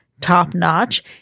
top-notch